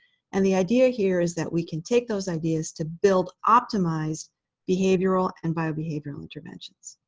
and the idea here is that we can take those ideas to build optimized behavioral and biobehavioral interventions.